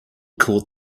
caught